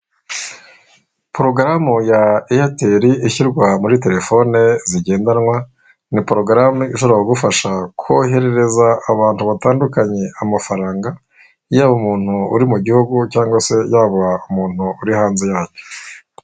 Porogaramu ya eyateli ishyirwa muri terefone zigendanwa ni porogaramu ishobora kugufasha koherereza abantu batandukanye amafaranga, yaba umuntu uri mu gihugu cyangwa se yaba umuntu uri hanze yacyo.